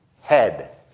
head